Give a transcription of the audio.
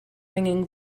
ringing